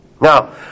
Now